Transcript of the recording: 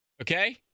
okay